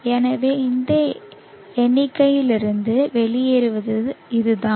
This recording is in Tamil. எனவே இந்த எண்ணிக்கையிலிருந்து வெளியேறுவது இதுதான்